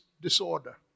disorder